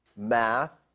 math,